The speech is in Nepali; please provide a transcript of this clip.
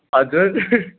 हजुर